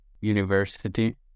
university